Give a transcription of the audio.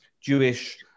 Jewish